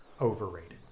Overrated